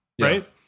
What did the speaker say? right